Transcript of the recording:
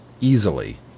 easily